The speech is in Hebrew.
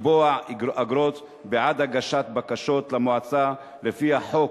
לקבוע אגרות בעד הגשת בקשות למועצה לפי החוק,